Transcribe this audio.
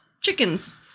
chickens